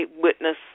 witness